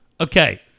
Okay